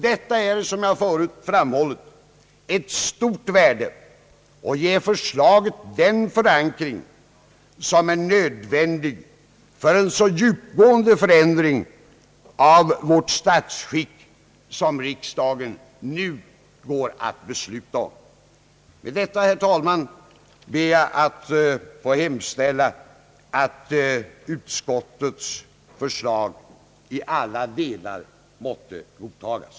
Detta är, som jag förut framhållit, av stort värde och ger förslaget den förankring som är nödvändig för en så djupgående förändring av vårt statsskick som riksdagen nu går att besluta om. Med detta, herr talman, ber jag att få hemställa att utskottets förslag i alla delar måtte godtagas.